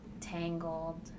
Tangled